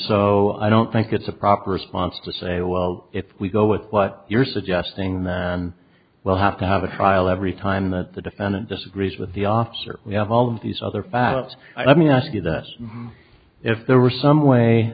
so i don't think it's a proper response to say well if we go with what you're suggesting that we'll have to have a trial every time that the defendant disagrees with the officer we have all of these other facts let me ask you this if there were some way